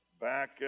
back